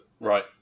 Right